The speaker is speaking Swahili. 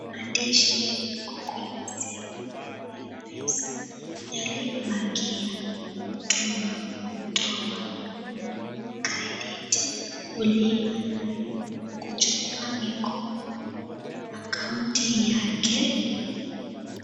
Maandishi yalioko kwenye simu; mpesa, yaliyobakia, kutuma, kutoa, kununua credit , kulipa nayo, kuchukua mikopo, akaunti yake.